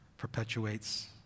Perpetuates